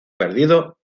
perdido